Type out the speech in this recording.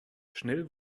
schnell